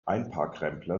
einparkrempler